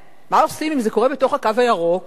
מה עושים?